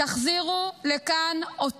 תחזירו אותם לכאן.